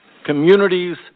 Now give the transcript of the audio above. communities